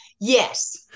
Yes